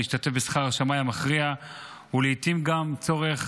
להשתתף בשכר השמאי המכריע ולעיתים יש גם צורך